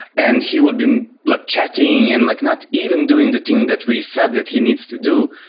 and he would be like chatting and like not even doing the thing that we said that he needs to do,